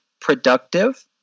productive